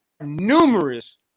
numerous